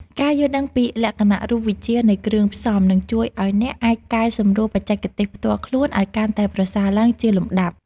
ការយល់ដឹងពីលក្ខណៈរូបវិទ្យានៃគ្រឿងផ្សំ នឹងជួយឱ្យអ្នកអាចកែសម្រួលបច្ចេកទេសផ្ទាល់ខ្លួនឱ្យកាន់តែប្រសើរឡើងជាលំដាប់។